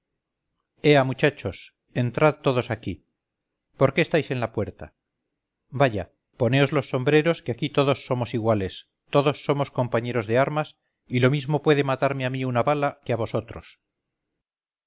ea muchachos entrad todos aquí por qué estáis en la puerta vaya poneos los sombreros que aquí todos somos iguales todos somos compañeros de armas y lo mismo puede matarme a mí una bala que a vosotros